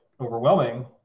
overwhelming